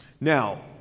Now